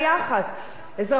אזרחי מדינת ישראל,